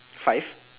five